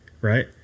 Right